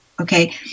Okay